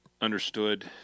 understood